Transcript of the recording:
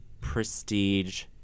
prestige